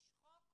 יש חוק,